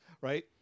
right